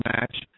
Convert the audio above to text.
match